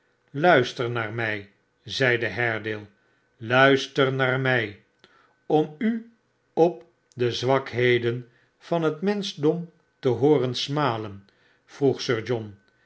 gaan luisternaar mij zeide haredale aluister naar mij om u op de zwakheden van het menschdom te hooren smalen vroeg sir john